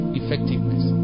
effectiveness